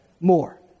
More